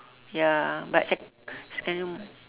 ya but sec~ secondary